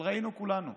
אבל ראינו כולנו,